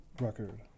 record